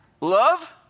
Love